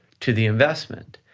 to the investment,